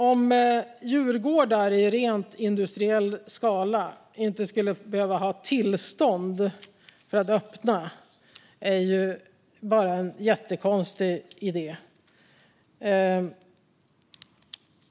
Att djurgårdar i rent industriell skala inte skulle behöva ha tillstånd för att öppna är en jättekonstig idé.